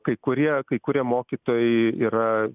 kai kurie kai kurie mokytojai yra